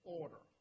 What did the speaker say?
order